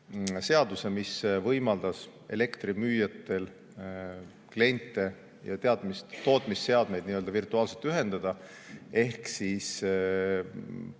seaduse, mis võimaldas elektrimüüjatel kliente ja tootmisseadmeid nii-öelda virtuaalselt ühendada. Ehk pakkudes